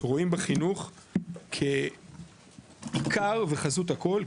רואים בחינוך ככר וחזות הכול,